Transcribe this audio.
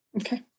Okay